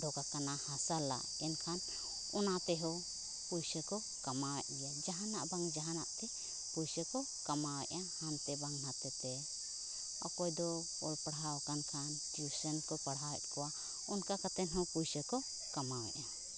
ᱚᱰᱳᱠ ᱟᱠᱟᱱᱟ ᱦᱟᱥᱟ ᱞᱟ ᱮᱱᱠᱷᱟᱱ ᱚᱱᱟᱛᱮᱦᱚᱸ ᱯᱩᱭᱥᱟᱹᱠᱚ ᱠᱟᱢᱟᱣᱮᱫ ᱜᱮᱭᱟ ᱡᱟᱦᱟᱱᱟᱜ ᱵᱟᱝ ᱡᱟᱦᱟᱱᱟᱜᱛᱮ ᱯᱩᱭᱥᱟᱹᱠᱚ ᱠᱟᱢᱟᱣᱮᱫᱼᱟ ᱦᱟᱱᱛᱮ ᱵᱟᱝ ᱱᱷᱟᱛᱮᱛᱮ ᱚᱠᱚᱭᱫᱚ ᱚᱞᱼᱯᱟᱲᱦᱟᱣ ᱟᱠᱟᱱ ᱠᱷᱟᱱ ᱴᱤᱣᱩᱥᱚᱱᱠᱚ ᱯᱟᱲᱦᱟᱣᱮᱫ ᱠᱚᱣᱟ ᱚᱱᱠᱟ ᱠᱟᱛᱮᱫᱦᱚᱸ ᱯᱩᱭᱥᱟᱹᱠᱚ ᱠᱟᱢᱟᱣᱮᱫᱼᱟ